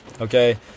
okay